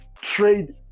trade